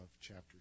chapter